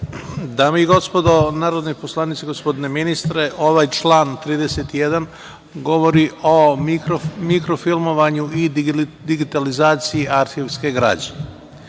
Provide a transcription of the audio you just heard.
Dame i gospodo narodni poslanici, gospodine ministre ovaj član 31. govori o mikrofilmovanju i digitalizaciji arhivske građe.